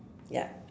yup